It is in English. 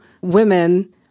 women